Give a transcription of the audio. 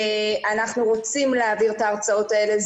אנחנו רוצים להעביר את ההרצאות האלה.